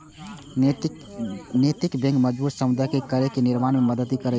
नैतिक बैंक मजबूत समुदाय केर निर्माण मे मदति करै छै